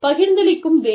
பகிர்ந்தளிக்கும் பேரம்